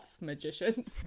magicians